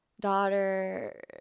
daughter